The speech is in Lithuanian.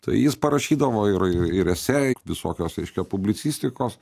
tai jis parašydavo ir ir ese visokios reiškia publicistikos